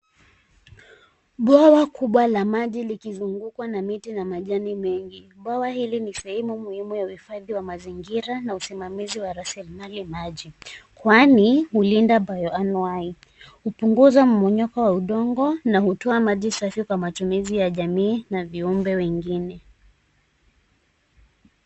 Bwawa kubwa la maji likizungukwa na miti na majani mengi. Bwawa hili ni sehemu muhimu ya uhifadhi wa mazingira na usimamizi wa rasilimali maji kwani hulinda bayoanuai, hupunguza mmomonyoko wa udongo na hutoa maji safi kwa matumizi ya jamii na viumbe wengine.